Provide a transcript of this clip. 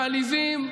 מעליבים,